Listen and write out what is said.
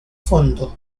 fondo